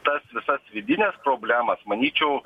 tas visas vidines problemas manyčiau